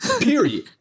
period